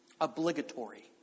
Obligatory